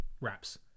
wraps